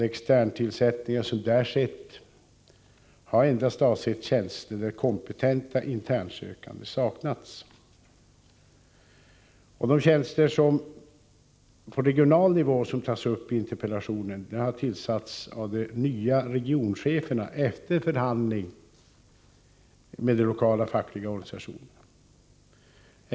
Den externtillsättning som där har skett har endast avsett tjänster där kompetenta internsökande saknats. De tjänster på regional nivå som tas upp i interpellationen har tillsatts av de nya regioncheferna efter förhandling med de lokala fackliga organisationerna.